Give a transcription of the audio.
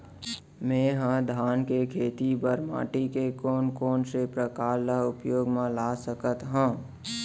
मै ह धान के खेती बर माटी के कोन कोन से प्रकार ला उपयोग मा ला सकत हव?